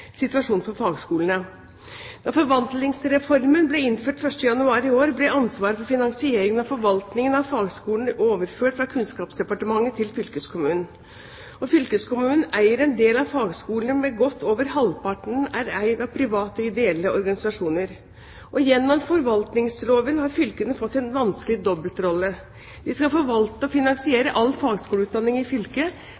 situasjonen for fagskolene. Da Forvaltningsreformen ble innført 1. januar i år, ble ansvaret for finansieringen og forvaltningen av fagskolene overført fra Kunnskapsdepartementet til fylkeskommunene. Fylkeskommunene eier en del av fagskolene, men godt over halvparten er eid av private og ideelle organisasjoner. Gjennom forvaltningsloven har fylkene fått en vanskelig dobbeltrolle. De skal forvalte og finansiere all fagskoleutdanning i fylket for å